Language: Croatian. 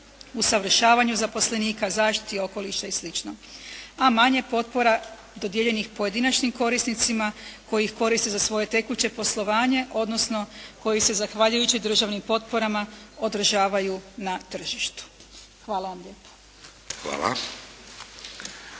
usavršavanju zaposlenika, zaštiti okoliša i slično a manje potpora dodijeljenih pojedinačnim korisnicima koji ih koriste za svoje tekuće poslovanje odnosno koji se zahvaljujući državnim potporama održavaju na tržištu. Hvala vam lijepo.